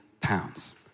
pounds